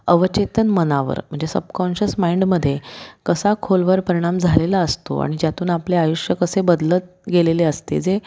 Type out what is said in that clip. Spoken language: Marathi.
अवचेतन मनावर म्हणजे सबकॉन्शियस माइंडमध्ये कसा खोलवर परिणाम झालेला असतो आणि ज्यातून आपले आयुष्य कसे बदलत गेलेले असते जे